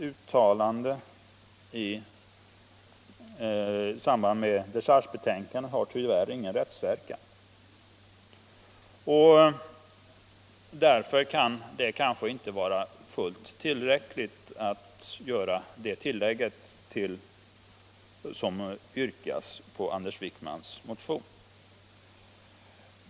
uttalande i samband med dechargebetänkandet har, som jag sagt, tyvärr ingen rättsverkan. Därför är det kanske inte fullt tillräckligt alt göra det tillägg som yrkas i Anders Wijkmans motion.